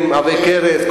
במקום שהכנסת תתפטר,